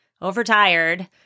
overtired